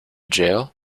jail